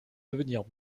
devenir